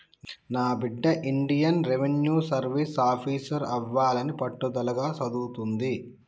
నా బిడ్డ Indian revenue service officer అవ్వాలని పట్టుదలగా సదువుతుంది